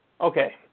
Okay